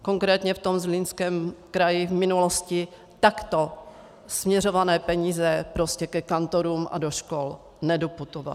Konkrétně v tom Zlínském kraji v minulosti takto směřované peníze prostě ke kantorům a do škol nedoputovaly.